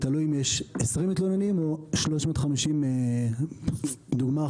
תלוי אם יש 20 מתלוננים או 350. דוגמה,